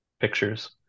Pictures